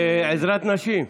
עזרת הנשים,